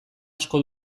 asko